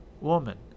Woman